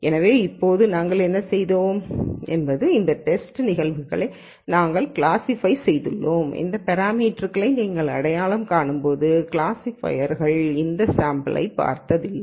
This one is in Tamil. எனவே இப்போது நாங்கள் என்ன செய்தோம் என்பது இந்த டேஸ்டு நிகழ்வுகளை நாங்கள் கிளாஸிஃபை செய்துள்ளோம் இந்த பேராமீட்டர் க்களை நீங்கள் அடையாளம் காணும்போது கிளாஸிஃபையர் இந்த சாம்பிள்களை பார்த்ததில்லை